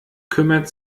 kümmert